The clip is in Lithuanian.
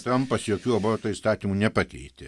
trampas jokių aborto įstatymų nepakeitė